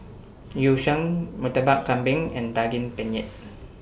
Yu Sheng Murtabak Kambing and Daging Penyet